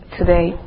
today